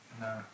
No